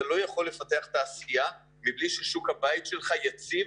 אתה לא יכול לפתח תעשייה מבלי ששוק הבית שלך יציב